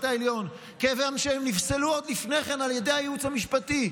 העליון כיוון שהם נפסלו לפני כן על ידי הייעוץ המשפטי.